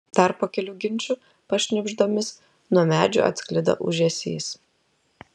dar po kelių ginčų pašnibždomis nuo medžių atsklido ūžesys